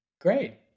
great